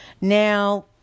Now